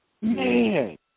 Man